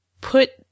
put